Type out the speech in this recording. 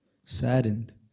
saddened